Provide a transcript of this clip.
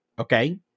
okay